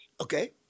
Okay